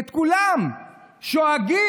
את כולם שואגים